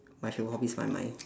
my favourite hobby is my mind